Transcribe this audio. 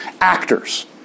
Actors